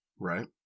Right